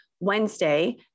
Wednesday